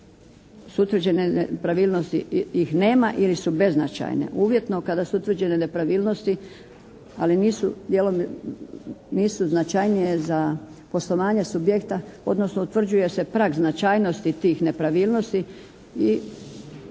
kad su utvrđene nepravilnosti ih nema ili su beznačajne. Uvjetno kada su utvrđene nepravilnosti ali nisu značajnije za poslovanje subjekta, odnosno utvrđuje se prag značajnosti tih nepravilnosti i